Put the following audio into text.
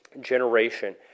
generation